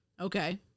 okay